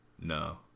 no